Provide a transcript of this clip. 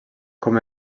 com